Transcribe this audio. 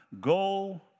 go